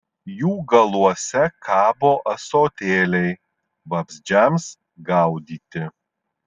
jų galuose kabo ąsotėliai vabzdžiams gaudyti